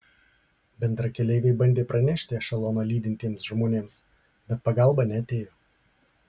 bendrakeleiviai bandė pranešti ešeloną lydintiems žmonėms bet pagalba neatėjo